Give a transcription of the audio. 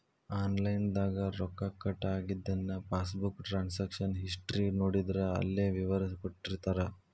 online ದಾಗ ರೊಕ್ಕ cut ಆಗಿದನ್ನ ಪಾಸ್ಬುಕ್ ಟ್ರಾನ್ಸಕಶನ್ ಹಿಸ್ಟಿ ನೋಡಿದ್ರ ಅಲ್ಲೆ ವಿವರ ಕೊಟ್ಟಿರ್ತಾರ